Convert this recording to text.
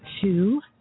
Two